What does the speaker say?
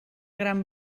gran